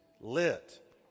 lit